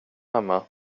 hemma